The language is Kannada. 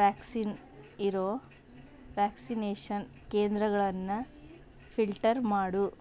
ವಾಕ್ಸಿನ್ ಇರೋ ವ್ಯಾಕ್ಸಿನೇಷನ್ ಕೇಂದ್ರಗಳನ್ನು ಫಿಲ್ಟರ್ ಮಾಡು